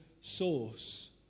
source